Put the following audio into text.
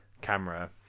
camera